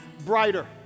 brighter